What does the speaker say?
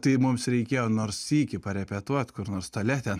tai mums reikėjo nors sykį parepetuot kur nors tualete